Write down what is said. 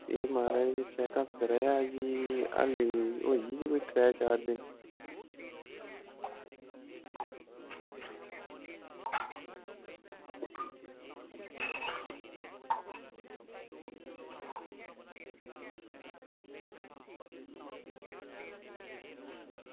एह् महाराज चैकअप कराया हा जी ऐल्ली होई गे कोई त्रै चार दिन